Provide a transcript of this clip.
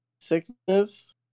sickness